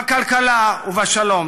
בכלכלה ובשלום.